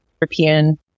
European